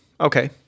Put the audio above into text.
Okay